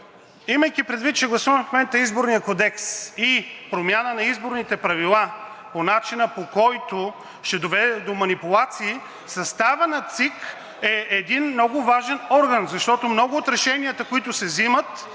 имайки предвид, че в момента гласуваме Изборния кодекс и промяна на изборните правила по начин, който ще доведе до манипулации, съставът на ЦИК е един много важен орган, защото много от решенията, които се взимат,